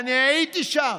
ואני הייתי שם,